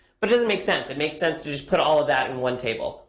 but it doesn't make sense. it makes sense to just put all of that in one table.